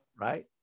right